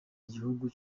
igihugu